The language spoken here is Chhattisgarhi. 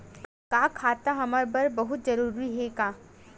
का खाता हमर बर बहुत जरूरी हे का?